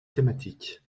thématique